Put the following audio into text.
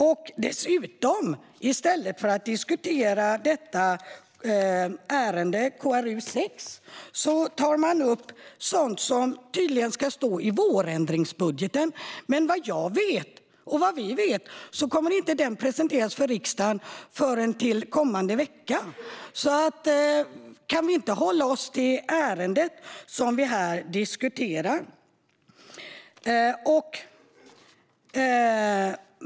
I stället för att diskutera ärendet i KrU6 tar man dessutom upp sådant som tydligen ska stå i vårändringsbudgeten, men vad jag och vi vet kommer den inte att presenteras för riksdagen förrän kommande vecka. Kan vi inte hålla oss till det ärende vi här diskuterar?